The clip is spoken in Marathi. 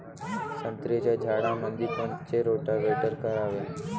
संत्र्याच्या झाडामंदी कोनचे रोटावेटर करावे?